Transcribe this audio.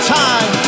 time